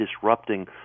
disrupting